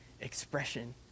expression